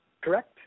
Correct